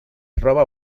roba